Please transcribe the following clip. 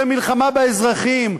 זו מלחמה באזרחים,